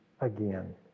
again